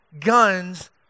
guns